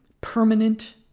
permanent